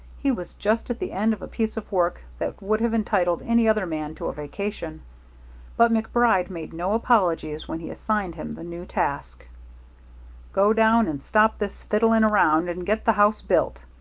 he was just at the end of a piece of work that would have entitled any other man to a vacation but macbride made no apologies when he assigned him the new task go down and stop this fiddling around and get the house built.